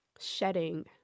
shedding